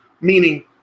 Meaning